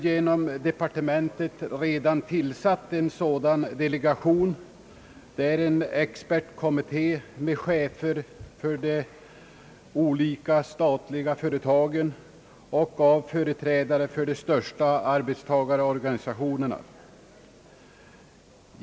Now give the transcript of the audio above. Genom departementet är en sådan delegation redan tillsatt. Det är en expertkommitté med chefer för de olika statliga företagen och med företrädare för de största arbetstagarorganisationerna.